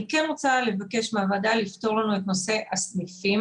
אני כן רוצה לבקש מהוועדה לפתור לנו את נושא הסניפים.